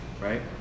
right